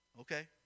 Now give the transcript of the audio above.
Okay